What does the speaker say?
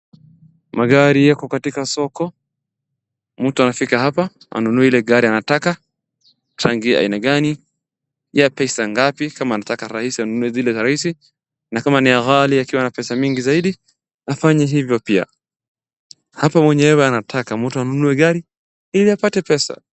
Magari yako katika soko, mtu anafika hapa anunue ile gari anataka, rangi aina gani, pia pesa ngapi, kama anataka rahisi anunue zile za rahisi, na kama ni ya ghali akiwa na pesa mingi zaidi afanye hivo pia. Hapa mwenyewe anataka mtu anunue gari ili apate pesa.